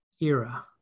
era